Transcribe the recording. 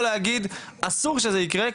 או להגיד אסור שזה ייקרה,